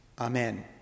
Amen